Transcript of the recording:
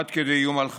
עד כדי איום על חייו?